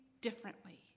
differently